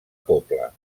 cobla